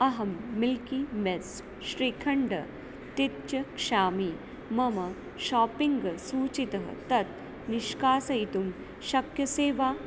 अहं milky mist shrikhand तित्यक्षामि मम शापिङ्ग् सूचीतः तत् निष्कासयितुं शक्यसे वा